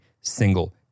single